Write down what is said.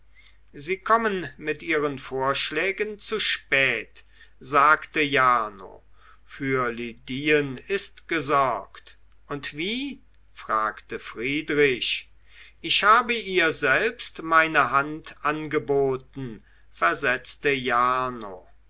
sie kommen mit ihren vorschlägen zu spät sagte jarno für lydien ist gesorgt und wie fragte friedrich ich habe ihr selbst meine hand angeboten versetzte jarno